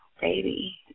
baby